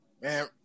Man